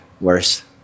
worse